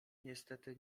niestety